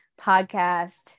podcast